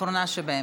האחרונה שבהן.